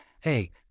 hey